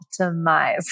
optimize